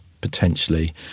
potentially